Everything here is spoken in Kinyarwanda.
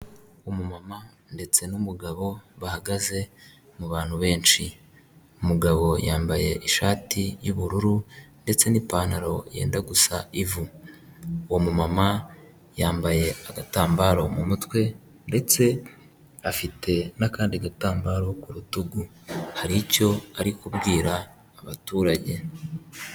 Umumama ndetse n'umugabo bahagaze mu bantu benshi. Umugabo yambaye ishati y'ubururu ndetse n'ipantaro yenda gusa ivu. Uwo mumama yambaye agatambaro mu mutwe ndetse afite n'akandi gatambaro ku rutugu hari icyo ari kubwira abaturage.